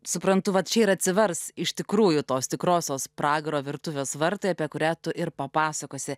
suprantu va čia ir atsivers iš tikrųjų tos tikrosios pragaro virtuvės vartai apie kurią tu ir papasakosi